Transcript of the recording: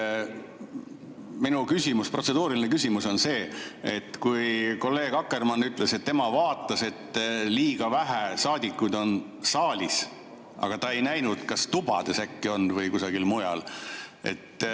Minu küsimus, protseduuriline küsimus on see. Kolleeg Akkermann ütles, et tema vaatas, et liiga vähe saadikuid on saalis. Ta ei näinud, kas tubades äkki on või kusagil mujal, aga